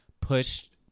pushed